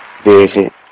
Visit